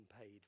paid